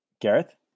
Gareth